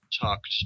talked